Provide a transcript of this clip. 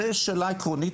זו שאלה עקרונית,